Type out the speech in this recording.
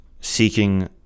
seeking